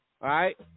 right